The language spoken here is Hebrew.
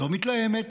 לא מתלהמת,